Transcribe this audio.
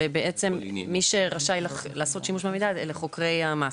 ובעצם מי שרשאי לעשות שימוש במידע אלה חוקרי המס,